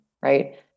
Right